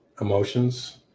emotions